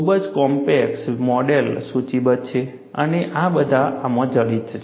ખૂબ જ કોમ્પ્લેક્સ મોડેલો સૂચિબદ્ધ છે અને આ બધા આમાં જડિત છે